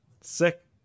sick